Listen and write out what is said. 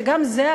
שגם זה,